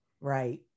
Right